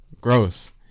Gross